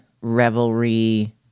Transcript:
revelry